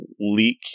leak